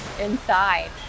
inside